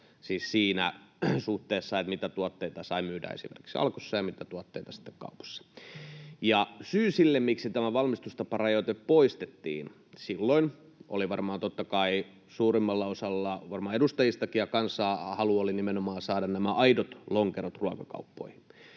siis siinä suhteessa, mitä tuotteita sai myydä esimerkiksi Alkossa ja mitä tuotteita sitten kaupoissa. Syy sille, miksi tämä valmistustaparajoite poistettiin silloin, oli varmaan se, että totta kai suurimmalla osalla kansasta ja varmaan edustajistakin oli halu nimenomaan saada nämä aidot lonkerot ruokakauppoihin.